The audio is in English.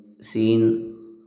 seen